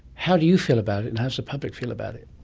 how do you feel about it and how does the public feel about it?